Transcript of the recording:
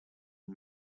and